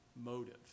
motive